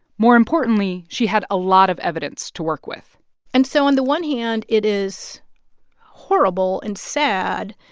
more importantly, she had a lot of evidence to work with and so on the one hand, it is horrible and sad.